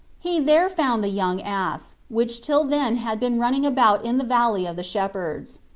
he there found the young ass, which till then had been running about in the valley of the shepherds.